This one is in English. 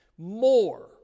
More